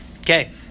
Okay